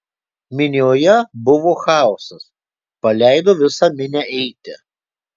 minioje buvo chaosas paleido visą minią eiti